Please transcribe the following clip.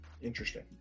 Interesting